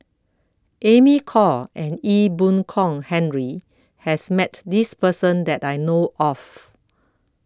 Amy Khor and Ee Boon Kong Henry has Met This Person that I know of